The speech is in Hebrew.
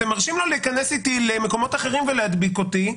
אתם מרשים לו להיכנס איתי למקומות אחרים ולהדביק אותי,